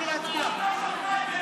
אתם ממשיכים אותו דבר.